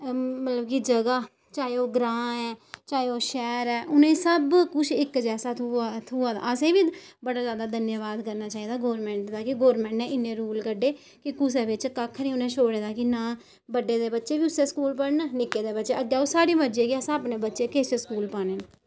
मतलब कि ज'गा चाहे ओह् ग्रां ऐ चाहे ओह् शैह्र ऐ उ'नें गी सब कुछ इक जैसा थ्होआ थ्होआ दा असें गी बी बड़ा जैदा धन्यबाद करना चाहिदा गौरमैंट दा कि गौरमैंट ने इन्ने रूल कड्ढे कि कुसै बिच्च कक्ख निं उ'नें छोड़े दा कि ना बड्डें दे बी बच्चे उस्सै स्कूल पढ़न निक्कें दे बच्चे अग्गें ओह् साढ़ी मर्जी ऐ कि असें अपने बच्चे किस स्कूल पाने न